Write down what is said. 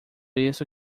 isso